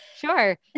Sure